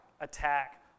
attack